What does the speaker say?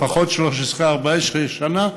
לפחות 14-13 שנה,